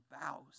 bows